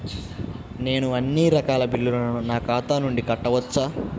నేను అన్నీ రకాల బిల్లులను నా ఖాతా నుండి కట్టవచ్చా?